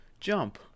Jump